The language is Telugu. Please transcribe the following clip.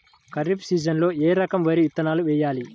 ఖరీఫ్ సీజన్లో ఏ రకం వరి విత్తనాలు వేయాలి?